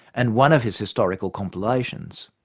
and one of his historical compilations.